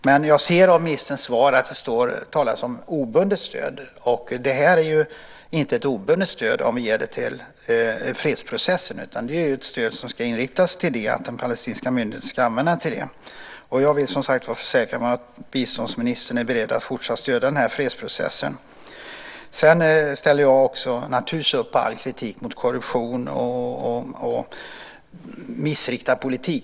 Jag ser att det i ministerns svar talas om obundet stöd, men stödet är ju inte obundet om vi ger det till fredsprocessen. Det måste riktas så att den palestinska myndigheten använder det till just detta. Jag vill, som sagt, försäkra mig om att biståndsministern är beredd att fortsatt stödja fredsprocessen. Sedan ställer jag naturligtvis upp på all kritik mot korruption och missriktad politik.